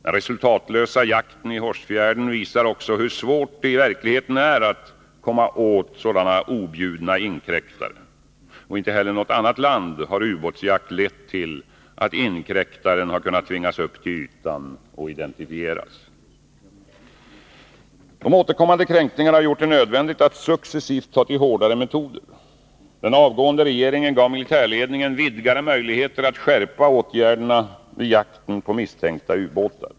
Den resultatlösa jakten i Hårsfjärden visar också hur svårt det i verkligheten är att komma åt sådana objudna inkräktare. Inte heller i något annat land har ubåtsjakt lett till att inkräktaren kunnat tvingas upp till ytan och identifieras. De återkommande kränkningarna har gjort det nödvändigt att successivt ta till hårdare metoder. Den avgående regeringen gav militärledningen vidgade möjligheter att skärpa åtgärderna vid jakten på misstänkta ubåtar.